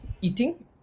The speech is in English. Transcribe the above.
eating